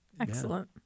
Excellent